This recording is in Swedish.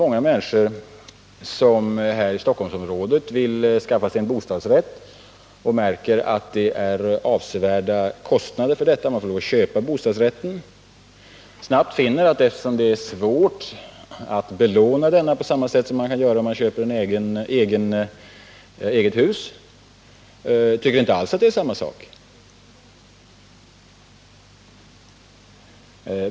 Många människor i Stockholmsområdet, som vill skaffa sig en bostadsrätt och som märker att det är avsevärda kostnader förenade med detta — man får lov att köpa bostadsrätten — finner snart att det är svårt att belåna bostadsrätten på samma sätt som ett eget hus. Därför tycker de inte alls Nr 66 att det är samma sak.